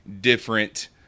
different